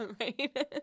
right